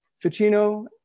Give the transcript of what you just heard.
Ficino